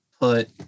put